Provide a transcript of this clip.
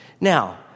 Now